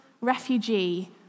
refugee